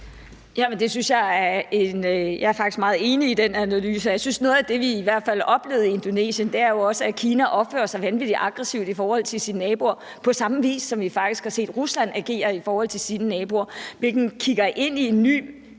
Jeg er faktisk meget enig i den analyse, og jeg synes, at noget af det, vi i hvert fald oplevede i Indonesien, jo også er, at Kina opfører sig vanvittig aggressivt i forhold til sine naboer, på samme vis, som vi faktisk har set Rusland agere i forhold til sine naboer. Vi kigger ind i en ny